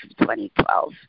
2012